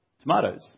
Tomatoes